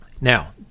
Now